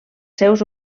seus